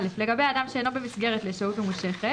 (א) לגבי אדם שאינו במסגרת לשהות ממושכת,